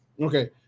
Okay